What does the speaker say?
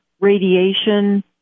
radiation